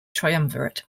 triumvirate